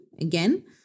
again